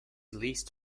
leased